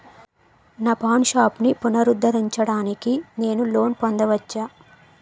నా పాన్ షాప్ని పునరుద్ధరించడానికి నేను లోన్ పొందవచ్చా?